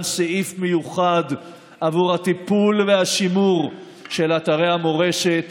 סעיף מיוחד עבור הטיפול והשימור של אתרי המורשת